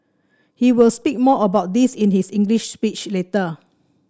he will speak more about this in his English speech later